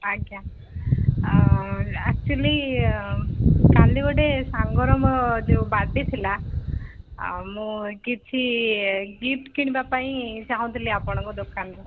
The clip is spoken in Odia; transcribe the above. ଆଜ୍ଞା ଆକଚୁଆଲି କାଲି ଗୋଟେ ସାଙ୍ଗର ମୋ ଯୋଉ ବାର୍ଥଡେ ଥିଲା ଆଉ ମୁଁ କିଛି ଗିପ୍ଟ୍ କିଣିବାପାଇଁ ଚାହୁଁଥିଲି ଆପଣଙ୍କ ଦୋକାନରୁ